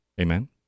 Amen